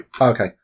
Okay